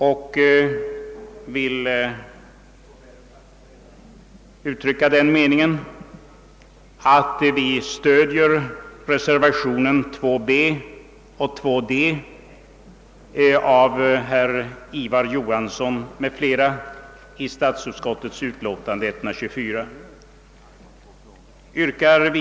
Jag vill deklarera att vi stöder reservationerna 2 b och 2d av herr Ivar Johansson m.fl. vid statsutskottets utlåtande nr 124.